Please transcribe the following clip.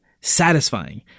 satisfying